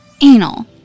Anal